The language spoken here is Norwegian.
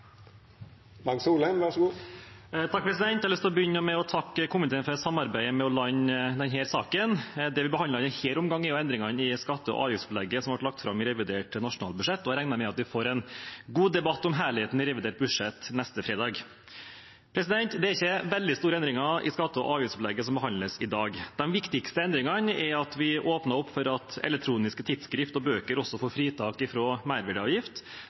til å begynne med å takke komiteen for samarbeidet med å lande denne saken. Det vi behandler i denne omgangen, er endringene i skatte- og avgiftsopplegget som ble lagt fram i revidert nasjonalbudsjett, og jeg regner med at vi får en god debatt om helheten i revidert budsjett neste fredag. Det er ikke veldig store endringer i skatte- og avgiftsopplegget som behandles i dag. Den viktigste endringen er at vi åpner opp for at elektroniske tidsskrift og bøker også får fritak